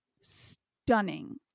stunning